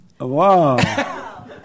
Wow